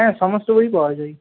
হ্যাঁ সমস্ত বইই পাওয়া যায়